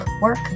Work